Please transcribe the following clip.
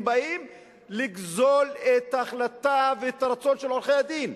הם באים לגזול את ההחלטה ואת הרצון של עורכי-הדין,